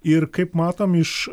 ir kaip matom iš